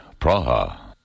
Praha